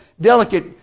delicate